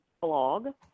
blog